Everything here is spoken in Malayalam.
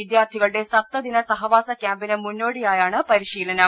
വിദ്യാർത്ഥികളുടെ സപ്തദിന സഹവാസ ക്യാമ്പിന് മുന്നോടി യായാണ് പരിശീലനം